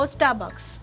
Starbucks